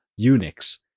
Unix